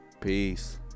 peace